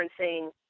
referencing